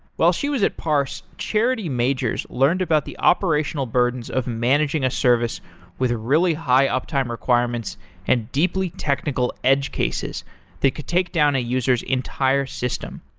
while she was at parse, charity majors learned about the operational burdens of managing a service with really high uptime requirements and deeply technical edge cases that could take down a user s entire system.